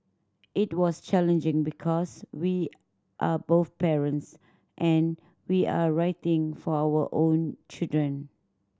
it was challenging because we are both parents and we are writing for our own children